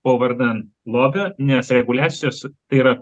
o vardan lobio nes reguliacijos tai yra